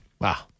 Wow